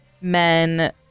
men